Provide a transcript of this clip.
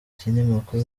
ikinyamakuru